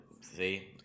See